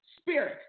Spirit